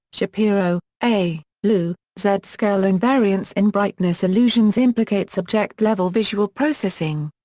shapiro, a, lu, z. scale-invariance in brightness illusions implicates object-level visual processing.